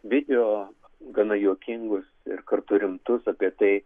video gana juokingus ir kartu rimtus apie tai